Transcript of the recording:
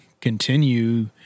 continue